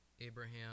Abraham